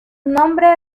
nombre